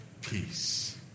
Peace